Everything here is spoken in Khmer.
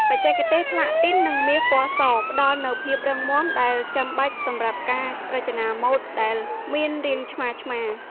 បច្ចេកទេសប្លាទីន និងមាសពណ៌ស ផ្ដល់នូវភាពរឹងមាំដែលចាំបាច់សម្រាប់ការរចនាម៉ូដដែលមានរាងឆ្មារៗ។